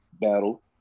battle